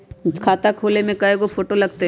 खाता खोले में कइगो फ़ोटो लगतै?